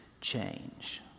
change